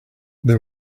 they